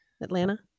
Atlanta